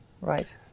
Right